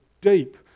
deep